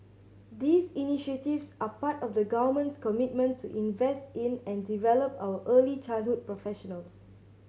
these initiatives are part of the Government's commitment to invest in and develop our early childhood professionals